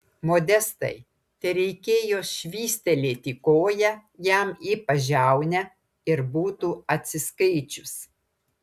modestai tereikėjo švystelėti koja jam į pažiaunę ir būtų atsiskaičius